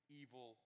evil